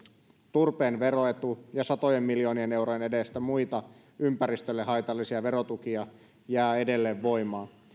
turpeen veroetu ja satojen miljoonien eurojen edestä muita ympäristölle haitallisia verotukia jää edelleen voimaan